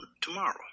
tomorrow